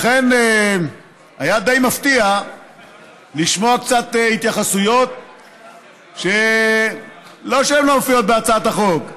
לכן היה די מפתיע לשמוע קצת התייחסויות שלא שהן לא מופיעות בהצעת החוק,